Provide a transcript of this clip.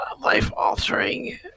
life-altering